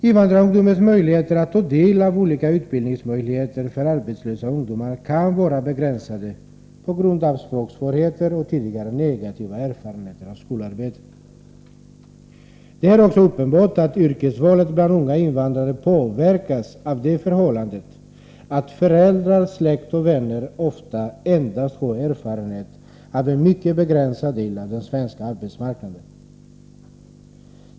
Invandrarungdomens möjligheter att ta del av olika utbildningsalternativ för arbetslösa ungdomar kan vara begränsade på grund av språksvårigheter och tidigare negativa erfarenheter av skolarbete. Det är också uppenbart att yrkesvalet bland unga invandrare påverkas av det förhållandet att föräldrar, släkt och vänner ofta endast har erfarenhet av en mycket begränsad del av den svenska arbetsmarknaden.